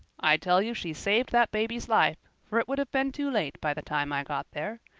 i tell you she saved that baby's life, for it would have been too late by the time i got there.